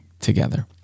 together